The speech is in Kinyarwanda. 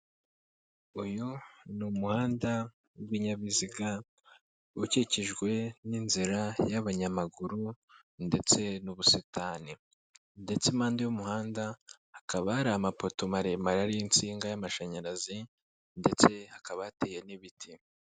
Uyu ni umuhanda w'ibinyabiziga, ukikijwe n'inzira y'abanyamaguru ndetse n'ubusitani, ndetse impanda y'umuhanda hakaba hari amapoto maremare ariho insinga y'amashanyarazi ndetse hakaba hateye n'ibiti.